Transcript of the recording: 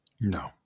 No